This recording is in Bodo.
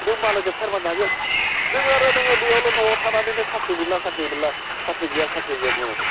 नों मालायजों फारमान दागोन नों आरो नों बेयावल' न'आव थानानैनो साख्रि मोनला साख्रि मोनला साख्रि गैया साख्रि गैया